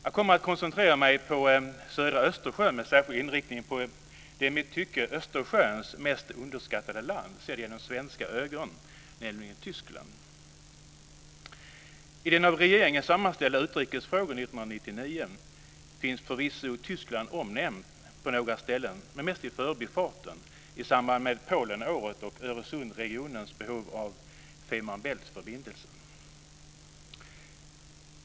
Jag kommer att koncentrera mig på södra Östersjön med särskild inriktning på det i mitt tycke mest underskattade landet vid Östersjön sett genom svenska ögon, nämligen Tyskland. I den av regeringen sammanställda Utrikesfrågor 1999 finns förvisso Tyskland omnämnt på några ställen, men mest i förbifarten i samband med Polenåret och Öresundsregionens behov av Fehmarn bält-förbindelsen.